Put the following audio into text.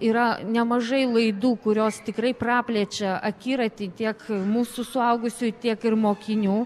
yra nemažai laidų kurios tikrai praplečia akiratį tiek mūsų suaugusiųjų tiek ir mokinių